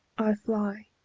i fly,